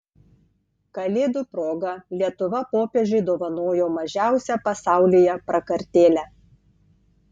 kalėdų proga lietuva popiežiui dovanojo mažiausią pasaulyje prakartėlę